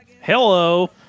Hello